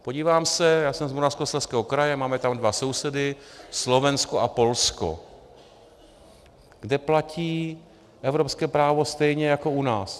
Podívám se, já jsem z Moravskoslezského kraje, máme tam dva sousedy Slovensko a Polsko, kde platí evropské právo stejně jako u nás.